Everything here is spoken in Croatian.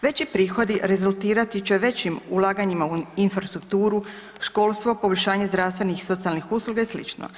Veći prihodi rezultirati će većim ulaganjima u infrastrukture, školstvo, poboljšanje zdravstvenih socijalnih usluga i sl.